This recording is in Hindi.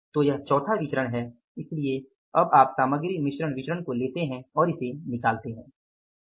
तो यह चौथा विचरण है इसलिए आप सामग्री मिश्रण विचरण को लेते है और इसे निकालते है